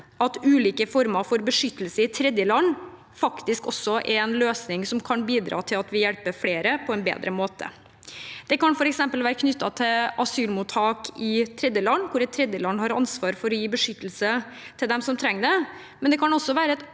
at ulike former for beskyttelse i tredjeland faktisk er en løsning som kan bidra til at vi hjelper flere på en bedre måte. Det kan f.eks. være knyttet til asylmottak i tredjeland, hvor et tredjeland har ansvar for å gi beskyttelse til dem som trenger det. Det kan også være et